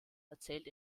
erzählt